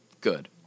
good